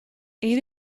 eight